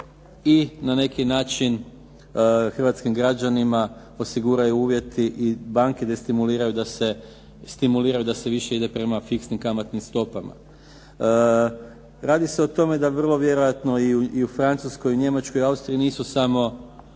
i na neki način hrvatskim građanima osiguraju uvjeti i banke stimuliraju da se više ide prema fiksnim kamatnim stopama. Radi se o tome da vrlo vjerojatno i u Francuskoj i u Njemačkoj i u Austriji nisu samo